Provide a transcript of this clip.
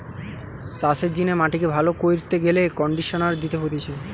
চাষের জিনে মাটিকে ভালো কইরতে গেলে কন্ডিশনার দিতে হতিছে